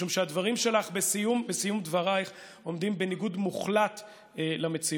משום שהדברים שלך בסיום דברייך עומדים בניגוד מוחלט למציאות.